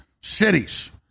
cities